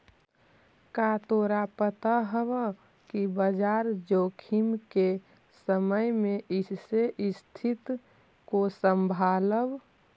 का तोरा पता हवअ कि बाजार जोखिम के समय में कइसे स्तिथि को संभालव